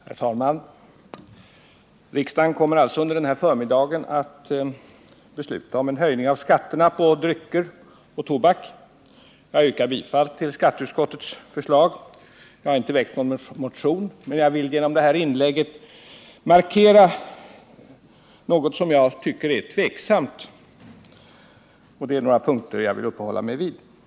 Herr talman! Riksdagen kommer alltså under denna förmiddag att besluta om en höjning av skatterna på drycker och tobak. Jag yrkar bifall till skatteutskottets förslag. Jag har inte väckt någon motion, men jag vill genom detta inlägg markera vad jag tycker är tveksamt. Jag skall uppehålla mig vid några punkter.